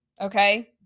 okay